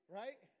right